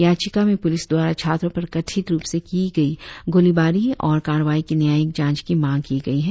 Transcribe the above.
याचिका में पुलिस द्वारा छात्रों पर कथित रुप से की गई गोलीबारी और कार्रवाई की न्यायिक जांच की मांग की गई है